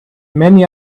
many